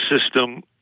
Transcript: system